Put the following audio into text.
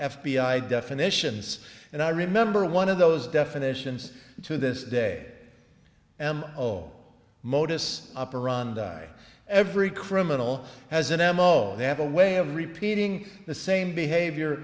i definitions and i remember one of those definitions to this day and old modus operandi every criminal has an m o they have a way of repeating the same behavior